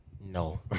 No